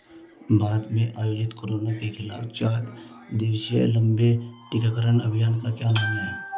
भारत में आयोजित कोरोना के खिलाफ चार दिवसीय लंबे टीकाकरण अभियान का क्या नाम है?